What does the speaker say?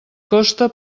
costa